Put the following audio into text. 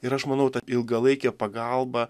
ir aš manau ta ilgalaikė pagalba